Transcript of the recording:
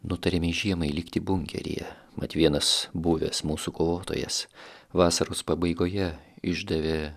nutarėme žiemai likti bunkeryje mat vienas buvęs mūsų kovotojas vasaros pabaigoje išdavė